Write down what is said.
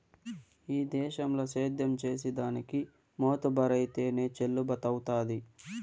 ఈ దేశంల సేద్యం చేసిదానికి మోతుబరైతేనె చెల్లుబతవ్వుతాది